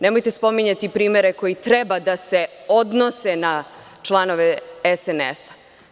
Nemojte spominjati primere koji treba da se odnose na članove SNS.